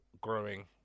growing